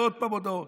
ועוד פעם הודעות.